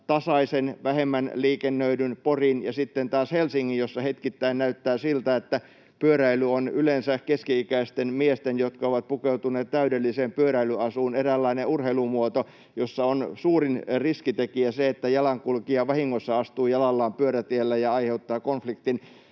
tasaisen, vähemmän liikennöidyn Porin ja sitten taas Helsingin, jossa hetkittäin näyttää siltä, että pyöräily on yleensä keski-ikäisten miesten, jotka ovat pukeutuneet täydelliseen pyöräilyasuun, eräänlainen urheilumuoto, jossa suurin riskitekijä on se, että jalankulkija vahingossa astuu jalallaan pyörätielle ja aiheuttaa konfliktin.